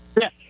Yes